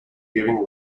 giving